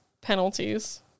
penalties